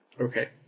Okay